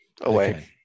away